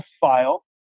file